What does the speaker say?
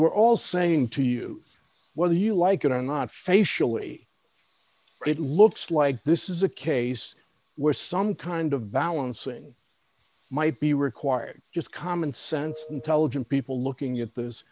were all saying to you whether you like it or not facially it looks like this is a case where some kind of balancing might be required just common sense intelligent people looking at those